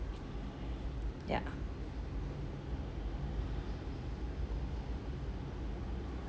yeah